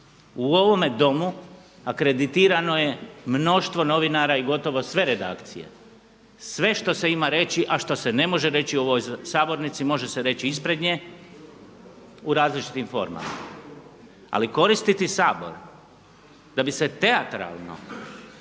U ovome Domu akreditirano je mnoštvo novinara i gotovo sve redakcije. Sve što se ima reći, a što se ne može reći u ovoj sabornici može se reći ispred nje u različitim formama. Ali koristiti Sabor da bi se teatralno